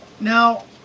Now